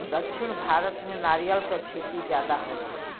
दक्षिण भारत में नरियर क खेती जादा होला